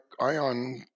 Ion